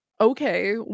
okay